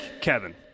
Kevin